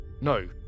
no